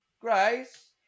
Grace